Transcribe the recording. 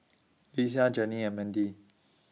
Lesia Janeen and Mandy